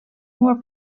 more